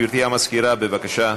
גברתי המזכירה, בבקשה.